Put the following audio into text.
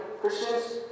Christians